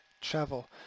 travel